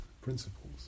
principles